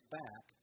back